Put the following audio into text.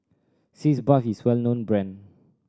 Sitz Bath is well known brand